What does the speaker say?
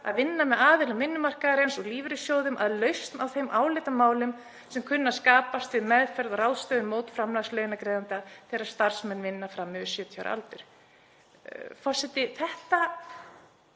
að vinna með aðilum vinnumarkaðarins og lífeyrissjóðum að lausn á þeim álitamálum sem kunna að skapast við meðferð og ráðstöfun mótframlags launagreiðanda þegar starfsmenn vinna fram yfir 70 ára aldur.“ Forseti. Þetta